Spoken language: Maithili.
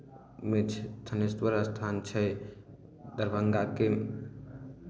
मे छ थानेश्वर स्थान छै दरभंगाके